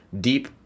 deep